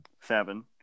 Seven